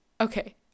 Okay